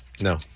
No